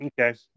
Okay